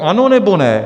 Ano, nebo ne?